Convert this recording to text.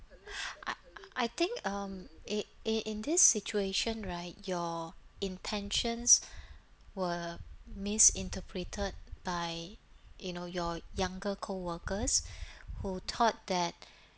I I think um in in in this situation right your intentions were misinterpreted by you know your younger coworkers who thought that